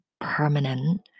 permanent